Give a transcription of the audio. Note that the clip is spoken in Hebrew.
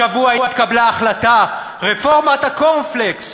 השבוע התקבלה החלטה: רפורמת הקורנפלקס.